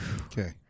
Okay